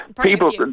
People